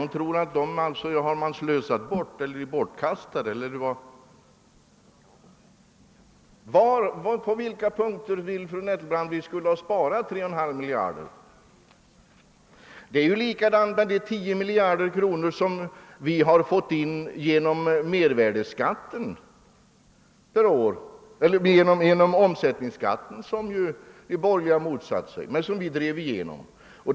Tror hon att de pengarna är bortslösade eller bortkastade? På vilka punkter vill fru Nettelbrandt, att vi skulle ha sparat 3,5 miljarder? Det förhåller sig ju likadant med de 10 miljarder som vi har fått in genom omsättningsskatten. Förslaget om den skatten motsatte sig ju de borgerliga, men vi drev igenom det.